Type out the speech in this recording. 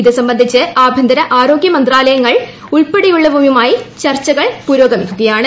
ഇതു സംബന്ധിച്ച് ആഭ്യന്തര ആരോഗ്യ മന്ത്രാലയങ്ങൾ ഉൾപ്പെടെയുള്ളവയുമായി ചർച്ച നടത്തുകയാണ്